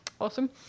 Awesome